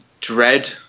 Dread